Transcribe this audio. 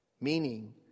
Meaning